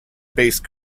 based